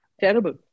Terrible